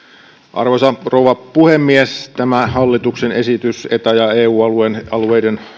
arvoisa rouva puhemies tämä hallituksen esitys eta ja eu alueiden